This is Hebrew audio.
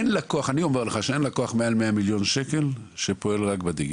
אין לקוח מעל 100 מיליון שקל שפועל רק בדיגיטל.